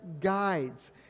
guides